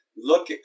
Look